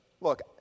Look